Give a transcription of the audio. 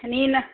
ನೀನು